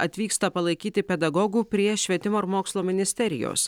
atvyksta palaikyti pedagogų prie švietimo ir mokslo ministerijos